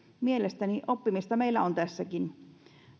mielestäni meillä on oppimista tässäkin